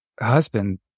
husband